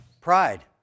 Pride